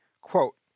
Quote